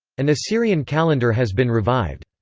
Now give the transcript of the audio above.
an assyrian calendar has been revived.